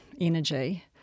energy